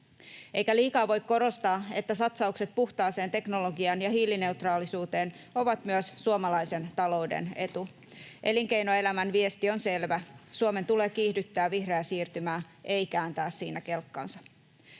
Eikä liikaa voi korostaa, että satsaukset puhtaaseen teknologiaan ja hiilineutraalisuuteen ovat myös suomalaisen talouden etu. Elinkeinoelämän viesti on selvä: Suomen tulee kiihdyttää vihreää siirtymää, ei kääntää siinä kelkkaansa.